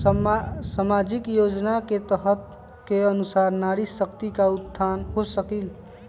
सामाजिक योजना के तहत के अनुशार नारी शकति का उत्थान हो सकील?